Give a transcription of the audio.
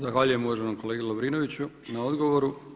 Zahvaljujem uvaženom kolegi Lovrinoviću na odgovoru.